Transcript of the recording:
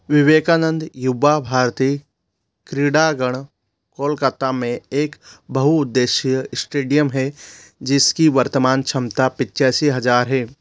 विवेकानंद युवा भारतीय क्रीड़ांगण कोलकाता में एक बहुउद्देशीय स्टेडियम है जिसकी वर्तमान क्षमता पिचासी हज़ार है